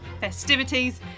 festivities